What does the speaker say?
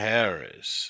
Harris